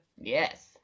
Yes